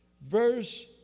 Verse